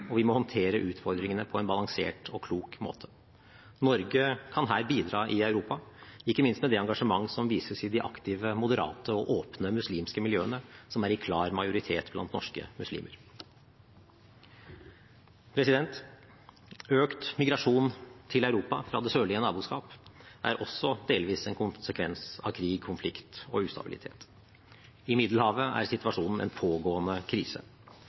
og vi må håndtere utfordringene på en balansert og klok måte. Norge kan her bidra i Europa, ikke minst med det engasjementet som vises i de aktive, moderate og åpne muslimske miljøene som er i klar majoritet blant norske muslimer. Økt migrasjon til Europa fra det sørlige naboskap er også delvis en konsekvens av krig, konflikt og ustabilitet. I Middelhavet er situasjonen en pågående krise.